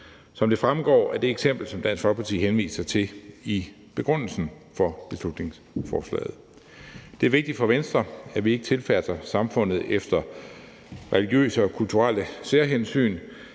som det fremgår af det eksempel, som Dansk Folkeparti henviser til i begrundelsen for beslutningsforslaget. Det er vigtigt for Venstre, at vi ikke tilpasser samfundet efter religiøse og kulturelle særhensyn,